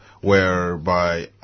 Whereby